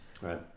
Right